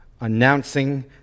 announcing